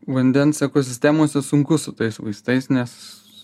vandens ekosistemose sunku su tais vaistais nes